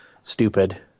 stupid